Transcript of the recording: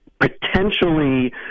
potentially